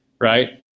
right